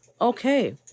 Okay